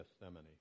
Gethsemane